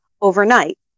overnight